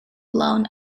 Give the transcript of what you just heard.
blown